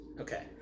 Okay